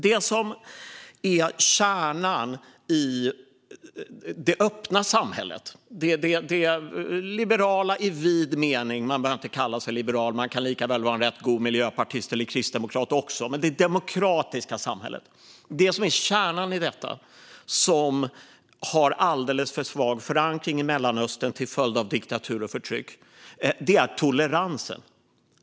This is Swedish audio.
Det som är kärnan i det öppna, liberala samhället i vid mening - man behöver inte kalla sig liberal, utan man kan lika väl vara en rätt god miljöpartist eller kristdemokrat - alltså det demokratiska samhället som har en alldeles för svag förankring i Mellanöstern till följd av diktatur och förtryck är toleransen.